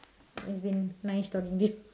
it's been nice talking to you